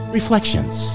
Reflections